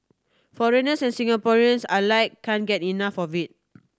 foreigners and Singaporeans alike can get enough of it